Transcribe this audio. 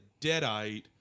deadite